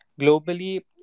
globally